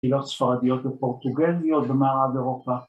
‫היא לא ספרדיות, ‫היא פורטוגזיות במערב אירופה.